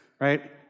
Right